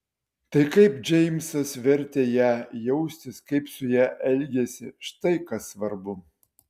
tai kaip džeimsas vertė ją jaustis kaip su ja elgėsi štai kas svarbu